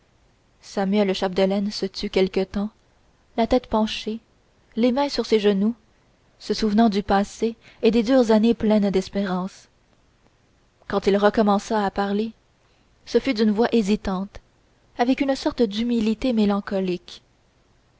samuel chapdelaine se tut quelque temps la tête penchée les mains sur ses genoux se souvenant du passé et des dures années pourtant pleines d'espérance quand il recommença à parler ce fut d'une voix hésitante avec une sorte d'humilité mélancolique